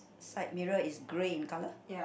side mirror is grey in colour